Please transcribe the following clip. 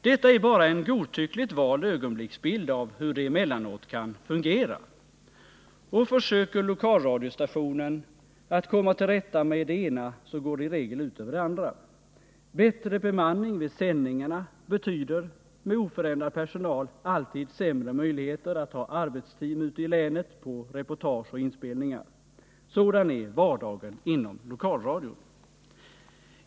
Detta är bara en godtyckligt vald ögonblicksbild av hur det emellanåt kan fungera. Och försöker lokalradiostationen att komma till rätta med det ena så går det i regel ut över det andra. Bättre bemanning vid sändningarna betyder med oförändrad personal alltid sämre möjligheter att ha arbetsteam ute i länet på reportage och inspelningar. Sådan är vardagen inom lokalradion.